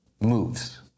moves